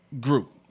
group